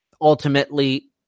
ultimately